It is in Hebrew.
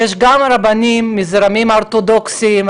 יש גם רבנים מזרמים אורתודוכסיים,